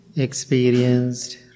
Experienced